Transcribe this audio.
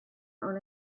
own